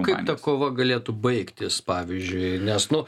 kaip ta kova galėtų baigtis pavyzdžiui nes nu